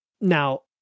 Now